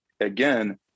again